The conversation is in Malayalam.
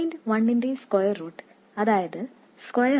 1 ന്റെ സ്ക്വയർ റൂട്ട് അതായത് 1 0